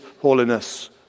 holiness